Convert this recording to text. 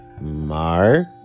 mark